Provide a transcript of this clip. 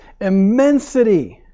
immensity